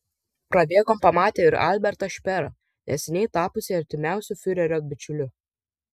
prabėgom pamatė ir albertą šperą neseniai tapusį artimiausiu fiurerio bičiuliu